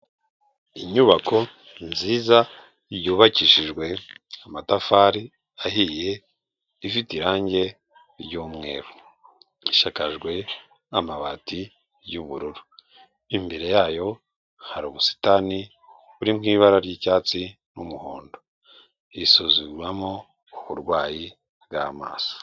Inyubako nziza yubakishijwe amatafari ahiye ifite irangi ry'umweru. Ishakajwe n'amabati y'ubururu. Imbere yayo hari ubusitani buri mu ibara ry'icyatsi n'umuhondo. Isuzumirwamo uburwayi bw'amaso.